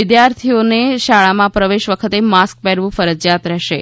વિદ્યાર્થીઓને શાળામાં પ્રવેશ વખતે માસ્ક પહેરવું ફરજિયાત રહેશે